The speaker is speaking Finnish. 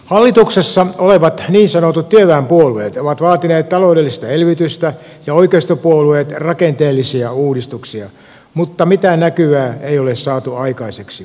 hallituksessa olevat niin sanotut työväenpuolueet ovat vaatineet taloudellista elvytystä ja oikeistopuolueet rakenteellisia uudistuksia mutta mitään näkyvää ei ole saatu aikaiseksi